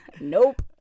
Nope